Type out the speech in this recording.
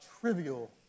trivial